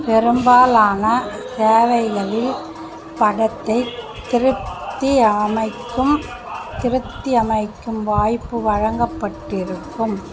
பெரும்பாலான சேவைகளில் படத்தைத் திருப்த்தி அமைக்கும் திருத்தி அமைக்கும் வாய்ப்பு வழங்கப்பட்டியிருக்கும்